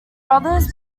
brothers